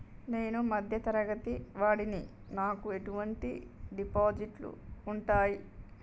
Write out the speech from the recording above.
నేను మధ్య తరగతి వాడిని నాకు ఎటువంటి డిపాజిట్లు ఉంటయ్?